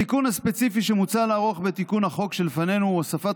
התיקון הספציפי שמוצע לערוך בתיקון החוק שלפנינו הוא הוספת